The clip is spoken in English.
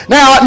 Now